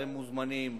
הם מוזמנים.